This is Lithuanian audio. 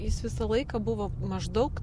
jis visą laiką buvo maždaug